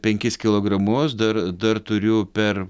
penkis kilogramus dar dar turiu per